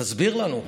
תסביר לנו,